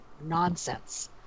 nonsense